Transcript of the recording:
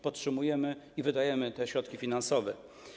Podtrzymujemy to i wydajemy te środki finansowe.